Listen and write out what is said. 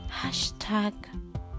Hashtag